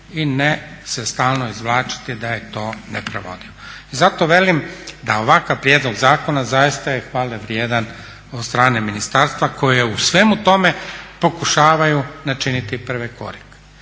i ne se stalno izvlačiti da je to neprovodivo. Zato velim da ovakav prijedlog zakona zaista je hvale vrijedan od strane ministarstva koje u svemu tome pokušavaju načiniti prve korake.